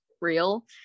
real